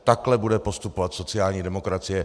Takhle bude postupovat sociální demokracie.